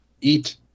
eat